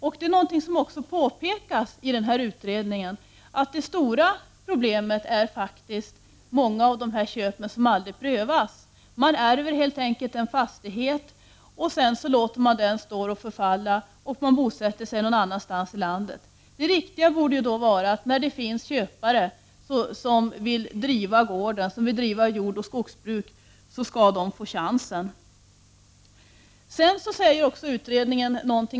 I utredningen påpekas också att det stora problemet faktiskt är de många köp som aldrig prövas. Människor ärver en fastighet och låter den helt enkelt förfalla genom att de bosätter sig någon annanstans i landet. Det riktiga måste vara att människor som vill driva jordoch skogsbruk skall få chansen att göra det genom att förvärva sådana fastigheter.